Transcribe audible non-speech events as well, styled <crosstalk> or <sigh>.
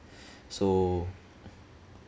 <breath> so